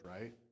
right